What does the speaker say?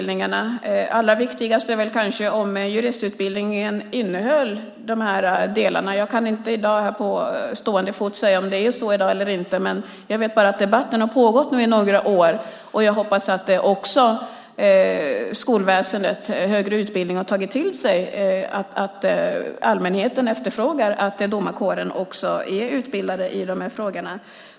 Det allra bästa vore kanske att juristutbildningen innehöll de här delarna. Jag kan inte på stående fot säga om det är så i dag eller inte. Jag vet bara att debatten har pågått i några år. Jag hoppas också att den högre utbildningen har tagit till sig att allmänheten efterfrågar att domarkåren också är utbildad i de här frågorna.